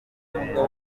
ibintu